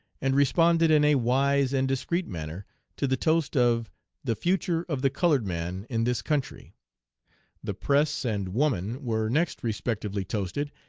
and responded in a wise and discreet manner to the toast of the future of the colored man in this country the press and woman were next respectively toasted,